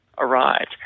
Arrived